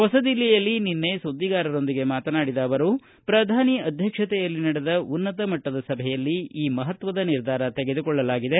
ಹೊಸ ದಿಲ್ಲಿಯಲ್ಲಿ ನಿನ್ನೆ ಸುದ್ದಿಗಾರರೊಂದಿಗೆ ಮಾತನಾಡಿದ ಅವರು ಪ್ರಧಾನಿ ಅಧ್ಯಕ್ಷತೆಯಲ್ಲಿ ನಡೆದ ಉನ್ನತ ಮಟ್ಟದ ಸಭೆಯಲ್ಲಿ ಈ ಮಹತ್ವದ ನಿರ್ಧಾರ ತೆಗೆದುಕೊಳ್ಳಲಾಗಿದೆ